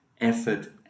effort